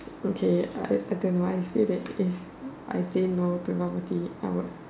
okay I I don't know I say that if I say no bubble tea I would